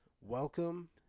welcome